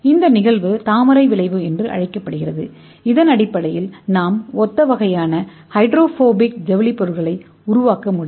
இந்த நிகழ்வு தாமரை விளைவு என்று அழைக்கப்படுகிறது இதன் அடிப்படையில் நாம் ஒத்த வகையான ஹைட்ரோபோபிக் ஜவுளி பொருட்களை உருவாக்க முடியும்